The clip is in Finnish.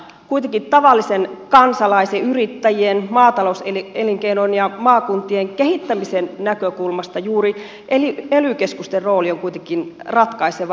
kuitenkin tavallisen kansalaisen yrittäjien maatalouselinkeinon ja maakuntien kehittämisen näkökulmasta juuri ely keskusten rooli on ratkaiseva